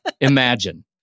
Imagine